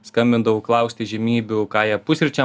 skambindavau klausti įžymybių ką jie pusryčiam